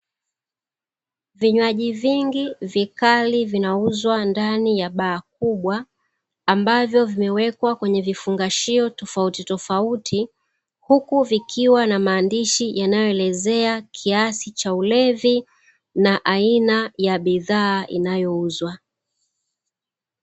Vinywaji vingi vikali vinauzwa ndani ya baa kubwa ambavyo vimewekwa kwenye vifungashio tofauitofauti. Huku vikiwa na maandishi yanayo elezea kiasi cha ulevi na aina ya bidhaa inayouzwa.